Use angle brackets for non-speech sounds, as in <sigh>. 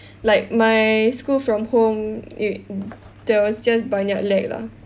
like my school from home <noise> there was just banyak lag lah